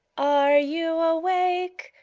are you awake,